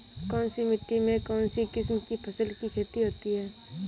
कौनसी मिट्टी में कौनसी किस्म की फसल की खेती होती है?